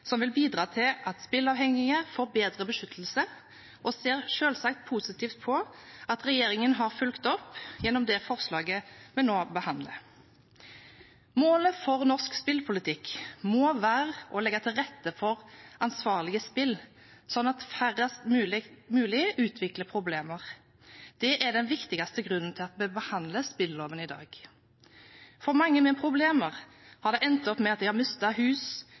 som vil bidra til at spillavhengige får bedre beskyttelse, og ser selvsagt positivt på at regjeringen har fulgt opp gjennom det forslaget vi nå behandler. Målet for norsk spillpolitikk må være å legge til rette for ansvarlige spill, slik at færrest mulig utvikler problemer. Det er den viktigste grunnen til at vi behandler spilloven i dag. For mange med problemer har det endt med at de har mistet hus,